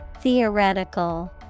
Theoretical